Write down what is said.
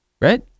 right